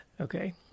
Okay